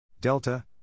Delta